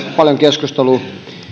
paljon keskustelua